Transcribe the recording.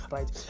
Right